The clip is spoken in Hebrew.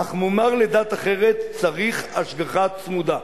אך מומר לדת אחרת צריך השגחה צמודה.